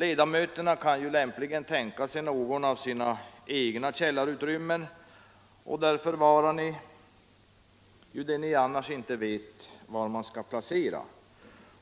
Ledamöterna kan ju lämpligen jämföra med något av era egna källarutrymmen, där ni förvarar det ni inte vet var ni annars skulle placera.